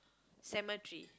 cemetery